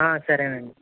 సరేనండి